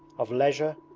of leisure,